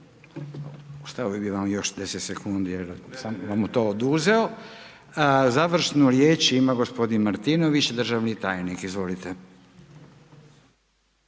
Ostavio bih vam još 10 sekundi jer sam vam to oduzeo. …/Upadica se ne čuje./… Završnu riječ ima gospodin Martinović, državni tajnik. Izvolite.